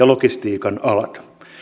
logistiikan alat